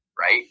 Right